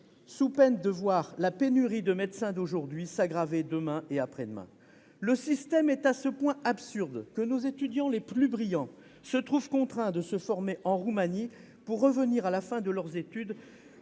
sous peine de voir la pénurie de médecins d'aujourd'hui s'aggraver demain et après-demain. Le système est à ce point absurde que nos étudiants les plus brillants sont contraints de se rendre en Roumanie afin d'y être